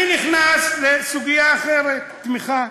אני נכנס לסוגיה אחרת, תמיכה,